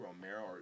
Romero